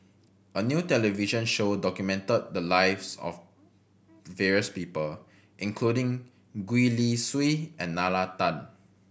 a new television show documented the lives of various people including Gwee Li Sui and Nalla Tan